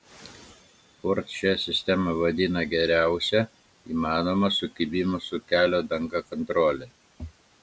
ford šią sistemą vadina geriausia įmanoma sukibimo su kelio danga kontrole